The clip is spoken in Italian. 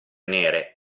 nere